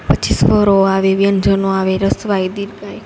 પછી સ્વરો આવે વ્યંજનો આવે હસ્વઈ દીર્ઘઈ